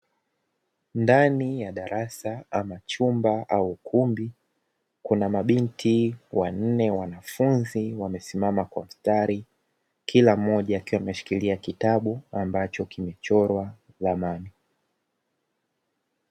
Ndani ya darasa ama chumba au ukumbi, kuna mabinti wanne wanafunzi wamesimama kwa mstari, kila mmoja akiwa ameshikilia kitabu ambacho kimechorwa ramani.